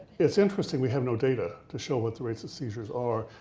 it's interesting we have no data to show what the rates of seizures are.